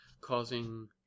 causing